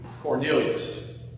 Cornelius